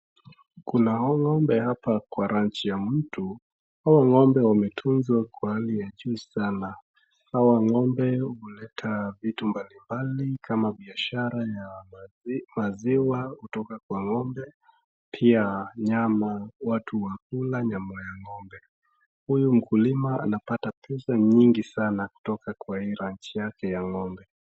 kuna ng'ombe hapa kwa ranch ya mtu. Huyu ng'ombe ametunzwa kwa hali ya juu sanaa awa watu huleta vitu mbalimbali kama biashara ya maziwa kutoka kwa ng'ombe pia nyama watu wa kula nyama ya ng'ombe huyu mkulima anapata pasa nyingi sana kutoka kwa hii ranch yake ya ng'ombe.